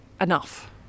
enough